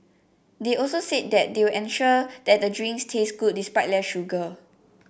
they also said that they will ensure that the drinks taste good despite less sugar